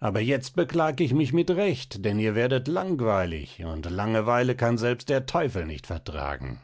aber jetzt beklag ich mich mit recht denn ihr werdet langweilig und langeweile kann selbst der teufel nicht vertragen